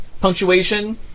punctuation